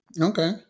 okay